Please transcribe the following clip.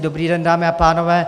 Dobrý den, dámy a pánové.